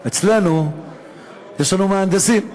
אצלנו יש מהנדסים,